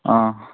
आं